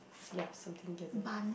ya something yellow